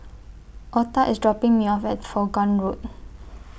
Otha IS dropping Me off At Vaughan Road